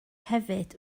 hefyd